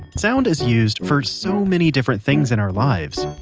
sound is used for so many different things in our lives.